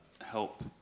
help